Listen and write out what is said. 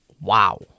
Wow